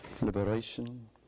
liberation